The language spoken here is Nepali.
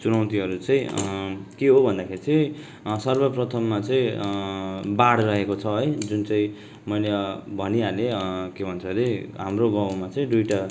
चुनौतीहरू चाहिँ के हो भन्दाखेरि चाहिँ सर्वप्रथममा चाहिँ बाढ रहेको छ है जुन चाहिँ मैले भनि हाले के भन्छ अरे हाम्रो गाउँमा चाहिँ दुइवटा